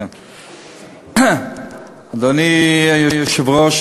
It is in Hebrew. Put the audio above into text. אדוני היושב-ראש,